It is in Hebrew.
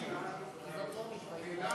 הפיכת המסלול המקוצר למסלול קבוע),